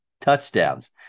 touchdowns